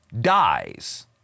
dies